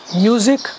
music